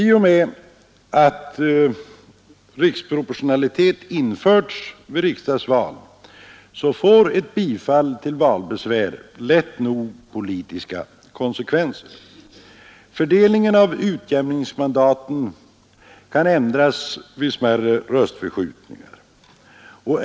I och med att riksproportionalitet införts vid riksdagsval får ett bifall till valbesvär lätt nog politiska konsekvenser. Fördelningen av utjämningsmandaten kan ändras vid smärre röstförskjutningar.